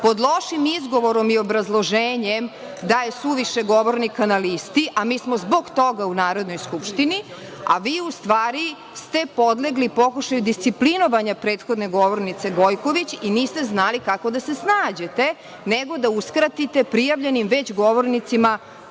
pod lošim izgovorom i obrazloženjem da je suviše govornika na listi, a mi smo zbog toga u Narodnoj skupštini, a vi u stvari ste podlegli pokušaju disciplinovana prethodne govornice Gojković i niste znali kako da se snađete, nego da uskratite već prijavljenim govornicima